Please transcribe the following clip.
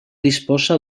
disposa